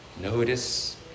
Notice